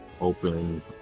open